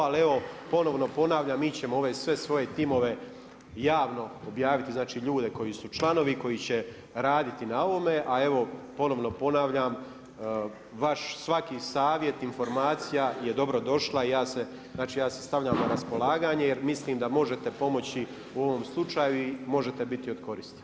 Ali ponovno ponavljam, mi ćemo ove sve svoje timove javno objaviti znači ljude koji su članovi, koji će raditi na ovome, a evo ponovno ponavljam vaš svaki savjet, informacija je dobrodošla i ja se stavljam na raspolaganje jer mislim da možete pomoći u ovom slučaju i možete biti od koristi.